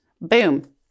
boom